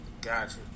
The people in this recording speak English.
Gotcha